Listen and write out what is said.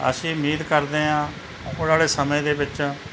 ਅਸੀਂ ਉਮੀਦ ਕਰਦੇ ਹਾਂ ਆਉਣ ਵਾਲੇ ਸਮੇਂ ਦੇ ਵਿੱਚ